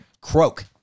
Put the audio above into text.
croak